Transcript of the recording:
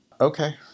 Okay